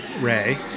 Ray